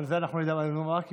את זה נלמד בנאום הבא,